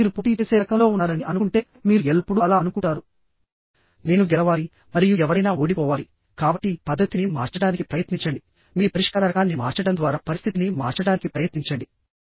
ఆపై మీరు పోటీ చేసే రకంలో ఉన్నారని అనుకుంటే మీరు ఎల్లప్పుడూ అలా అనుకుంటారునేను గెలవాలి మరియు ఎవరైనా ఓడిపోవాలి కాబట్టి పద్ధతిని మార్చడానికి ప్రయత్నించండి మీ పరిష్కార రకాన్ని మార్చడం ద్వారా పరిస్థితిని మార్చడానికి ప్రయత్నించండి